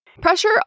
Pressure